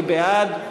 מי בעד?